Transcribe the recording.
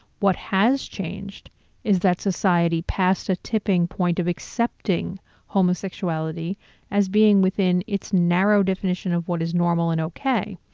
what has changed is that society passed a tipping point of accepting homosexuality as being within its narrow definition of what is normal and okay.